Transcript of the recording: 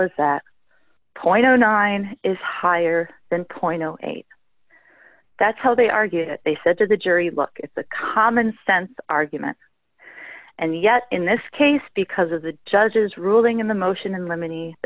as that point nine is higher than point eight that's how they argued they said to the jury look at the commonsense argument and yet in this case because of the judge's ruling in the motion and lemony the